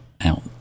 out